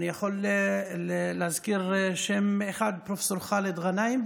אני יכול להזכיר שם אחד: פרופ' חאלד גנאים,